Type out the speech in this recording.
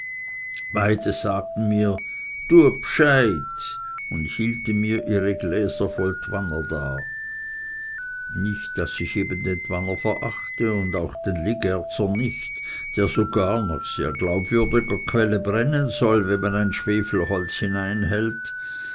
beide sagten mir tue bscheid und hielten mir ihre gläser voll twanner dar nicht daß ich eben den twanner verachte und auch den ligerzer nicht der sogar nach sehr glaubwürdiger quelle brennen soll wenn man ein schwefelholz hinein